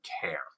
care